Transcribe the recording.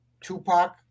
Tupac